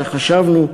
וחשבנו: